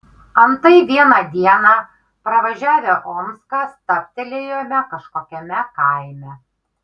antai vieną dieną pravažiavę omską stabtelėjome kažkokiame kaime